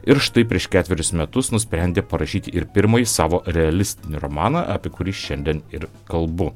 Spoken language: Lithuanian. ir štai prieš ketverius metus nusprendė parašyti ir pirmąjį savo realistinį romaną apie kurį šiandien ir kalbu